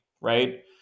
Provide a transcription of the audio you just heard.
right